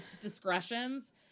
discretions